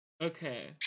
Okay